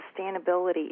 sustainability